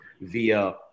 via